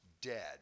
dead